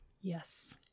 Yes